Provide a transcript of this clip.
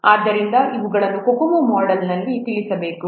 ಆದ್ದರಿಂದ ಇವುಗಳನ್ನು COCOMO ಮೊಡೆಲ್ನಲ್ಲಿ ತಿಳಿಸಬೇಕು